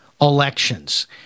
elections